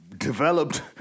developed